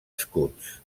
escuts